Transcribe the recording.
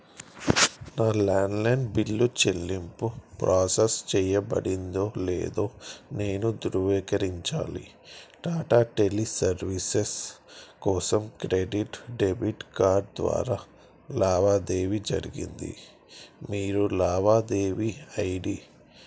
నా landline bill చెల్లింపు process చెయ్యబడిందో లేదో నేను ధృవీకరించాలి టాటా టెలి సర్వీసెస్ కోసం క్రెడిట్ డెబిట్ కార్డ్ ద్వారా లావాదేవీ జరిగింది మీరు లావాదేవీ ఐ డి